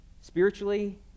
spiritually